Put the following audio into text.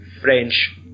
French